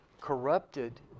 corrupted